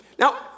Now